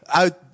uit